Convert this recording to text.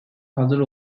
hazır